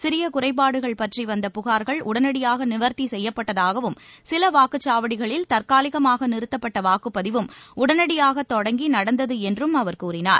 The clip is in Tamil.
சிறிய குறைப்பாடுகள் பற்றி வந்த புகார்கள் உடனடியாக நிவர்த்தி செய்யப்பட்டதாகவும் சில வாக்குச்சாவடிகளில் தற்காலிகமாக நிறுத்தப்பட்ட வாக்குப்பதிவும் உடனடியாக தொடங்கி நடந்தது என்றும் அவர் கூறினார்